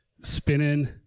spinning